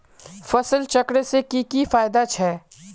फसल चक्र से की की फायदा छे?